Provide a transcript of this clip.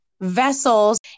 vessels